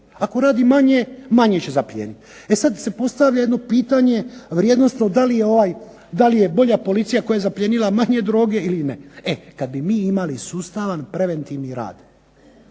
ako radi manje, manje će zaplijeniti. E sada se postavlja jedno pitanje, vrijednosno da li je bolja policija koja je zaplijenila manje droge ili ne? e kada bi mi imali sustavan preventivan rad,